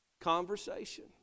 conversation